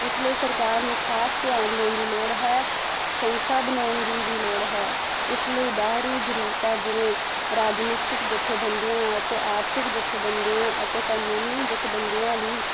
ਇਸ ਲਈ ਸਰਕਾਰ ਨੂੰ ਖ਼ਾਸ ਧਿਆਨ ਦੇਣ ਦੀ ਲੋੜ ਹੈ ਸੰਸਥਾ ਬਣਾਉਣ ਦੀ ਵੀ ਲੋੜ ਹੈ ਇਸ ਲਈ ਬਾਹਰੀ ਜ਼ਰੂਰਤਾਂ ਜਿਵੇਂ ਰਾਜਨੀਤਿਕ ਜਥੇਬੰਦੀਆਂ ਅਤੇ ਆਰਥਿਕ ਜਥੇਬੰਦੀਆਂ ਅਤੇ ਕਾਨੂੰਨੀ ਜਥੇਬੰਦੀਆਂ ਵੀ